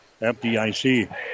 FDIC